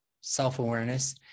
self-awareness